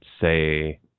say